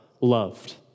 loved